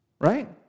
Right